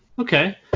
okay